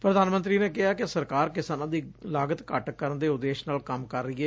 ਪ੍ਰਧਾਨ ਮੰਤਰੀ ਨੇ ਕਿਹਾ ਕਿ ਸਰਕਾਰ ਕਿਸਾਨਾਂ ਦੀ ਲਾਗਤ ਘੱਟ ਕਰਨ ਦੇ ਉਦੇਸ਼ ਨਾਲ ਕੰਮ ਕਰ ਰਹੀ ਏ